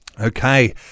Okay